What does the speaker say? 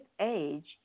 age